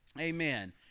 amen